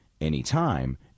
anytime